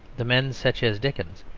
the men such as dickens,